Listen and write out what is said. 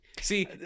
See